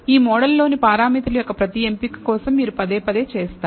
ఈ మోడల్లోని పారామితుల యొక్క ప్రతి ఎంపిక కోసం మీరు పదేపదే చేస్తారు